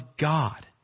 God